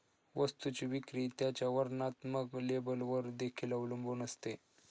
वस्तूची विक्री त्याच्या वर्णात्मक लेबलवर देखील अवलंबून असते